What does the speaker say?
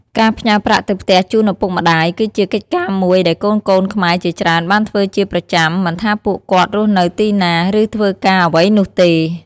ការផ្ញើប្រាក់ទៅផ្ទះជូនឪពុកម្ដាយ គឺជាកិច្ចការមួយដែលកូនៗខ្មែរជាច្រើនបានធ្វើជាប្រចាំ មិនថាពួកគាត់រស់នៅទីណា ឬធ្វើការអ្វីនោះទេ។